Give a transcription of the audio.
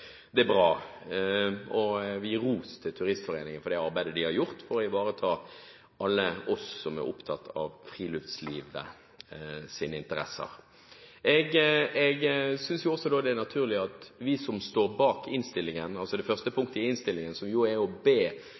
Det er bra. Jeg vil gi ros til Turistforeningen for det arbeidet de har gjort for å ivareta alle oss som er opptatt av friluftslivets interesser. Jeg synes også det da er naturlig at vi som står bak innstillingen, altså det første punktet i innstillingen, som er å be